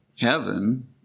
Heaven